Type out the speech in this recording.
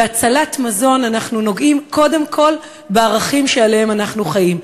בהצלת מזון אנחנו נוגעים קודם כול בערכים שעליהם אנחנו חיים.